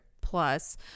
plus